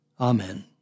Amen